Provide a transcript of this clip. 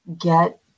Get